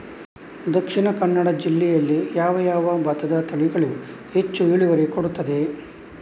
ದ.ಕ ಜಿಲ್ಲೆಯಲ್ಲಿ ಯಾವ ಯಾವ ಭತ್ತದ ತಳಿಗಳು ಹೆಚ್ಚು ಇಳುವರಿ ಕೊಡುತ್ತದೆ?